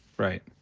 right.